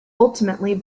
ultimately